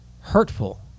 hurtful